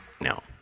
No